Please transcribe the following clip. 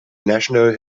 national